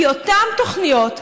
כי אותן תוכניות,